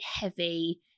heavy